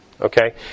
okay